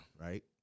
right